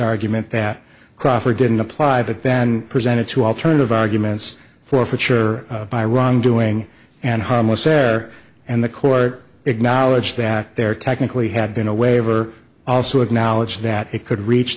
argument that crawford didn't apply but then presented to alternative arguments forfeiture by wrongdoing and hama said and the court acknowledged that there technically had been a waiver also acknowledge that it could reach